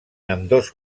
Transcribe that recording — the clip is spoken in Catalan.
ambdós